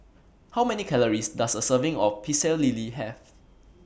How Many Calories Does A Serving of Pecel Lele Have